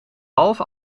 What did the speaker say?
half